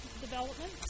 development